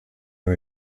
new